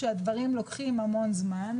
שהדברים לוקחים המון זמן,